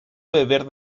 beber